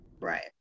Right